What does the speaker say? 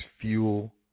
fuel